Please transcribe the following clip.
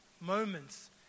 moments